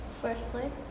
Firstly